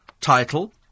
title